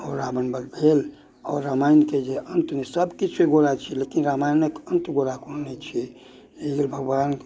आओर रावण वद्ध भेल आओर रामायणके जे अन्तमे सभकिछु एगोरा छी लेकिन रामायण अन्त गोरा कोनो नहि छै इन्द्र भगवान